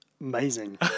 amazing